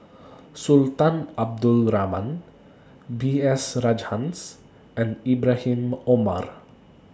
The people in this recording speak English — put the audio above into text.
Sultan Abdul Rahman B S Rajhans and Ibrahim Omar